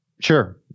Sure